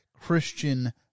Christian